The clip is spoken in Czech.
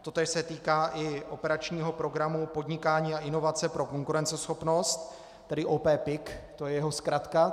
Totéž se týká i operačního programu Podnikání a inovace pro konkurenceschopnost, tedy OP PIK, to je jeho zkratka.